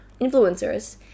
Influencers